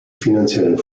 finanziellen